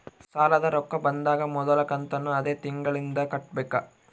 ಸಾಲದ ರೊಕ್ಕ ಬಂದಾಗ ಮೊದಲ ಕಂತನ್ನು ಅದೇ ತಿಂಗಳಿಂದ ಕಟ್ಟಬೇಕಾ?